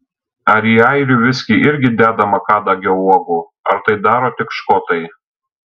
ar į airių viskį irgi dedama kadagio uogų ar tai daro tik škotai